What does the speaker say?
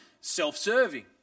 self-serving